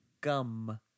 Gum